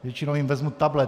Většinou jim vezmu tablet.